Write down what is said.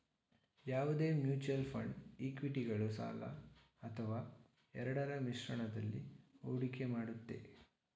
ಯಾವುದೇ mutual fund ಇಕ್ವಿಟಿಗಳು ಸಾಲ ಅಥವಾ ಎರಡರ ಮಿಶ್ರಣದಲ್ಲಿ ಹೂಡಿಕೆ ಮಾಡುತ್ತೆ